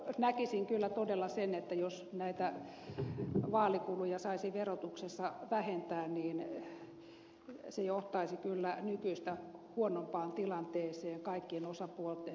näkisin kyllä todella että jos vaalikuluja saisi verotuksessa vähentää niin se johtaisi nykyistä huonompaan tilanteeseen kaikkien osapuolten osalta